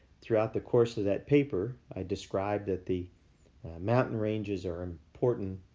throughout the course of that paper, i described that the mountain ranges are important